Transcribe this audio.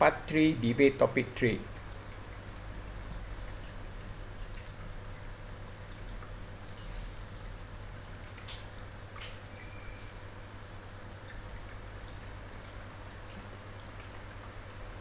part three debate topic three